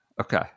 Okay